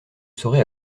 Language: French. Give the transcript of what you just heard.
saurai